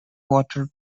water